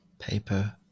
paper